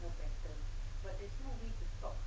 you better but there's no need to stop